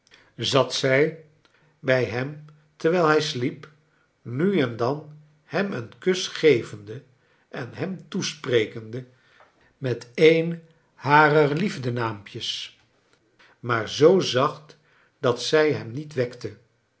zat zij bij hem terwijl hij sliep nu en dan hem een kus gevende en hem toesprekende met een harer liefclenaampjes maar zoo zacht dat zij hem niet wekte